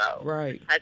Right